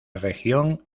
región